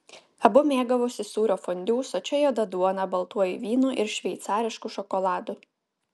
abu mėgavosi sūrio fondiu sočia juoda duona baltuoju vynu ir šveicarišku šokoladu